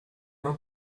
não